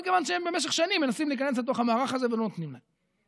מכיוון שבמשך שנים הם מנסים להיכנס לתוך המערך הזה ולא נותנים להם.